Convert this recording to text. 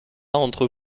entre